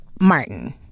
Martin